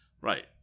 Right